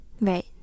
Right